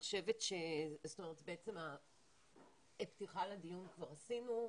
את הפתיחה לדיון כבר עשינו.